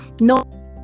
no